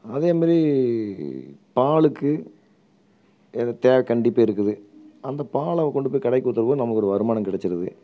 அதே மாரி பாலுக்கு எனக்கு தேவை கண்டிப்பாக இருக்குது அந்த பாலை கொண்டுபோய் கடைக்கு ஊற்றக்குள்ள நமக்கு ஒரு வருமானம் கிடச்சிருது